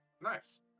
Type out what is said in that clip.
nice